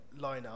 lineup